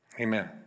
Amen